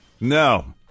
No